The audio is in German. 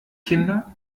kinder